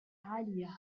عالية